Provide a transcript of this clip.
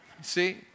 See